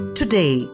today